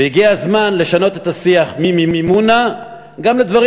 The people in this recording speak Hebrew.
והגיע הזמן לשנות את השיח ממימונה גם לדברים